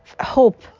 Hope